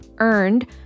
Earned